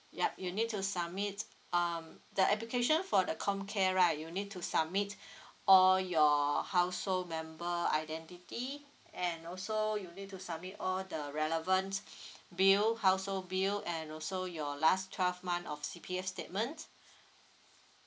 yup you need to submit um the application for the comcare right you need to submit all your household member identity and also you need to submit all the relevant bill household bill and also your last twelve month of C_P_F statement